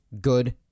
good